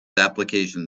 application